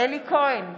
אלי כהן,